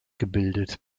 gebildet